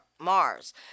Mars